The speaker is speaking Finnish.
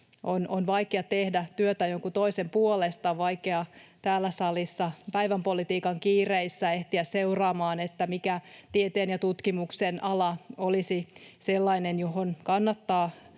On vaikea tehdä työtä jonkun toisen puolesta, on vaikeaa täällä salissa päivänpolitiikan kiireissä ehtiä seuraamaan, mikä tieteen ja tutkimuksen ala olisi sellainen, johon kannattaa